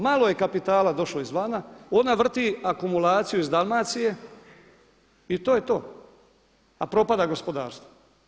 Malo je kapitala došlo izvana, ona vrti akumulaciju iz Dalmacije i to je to, a propada gospodarstvo.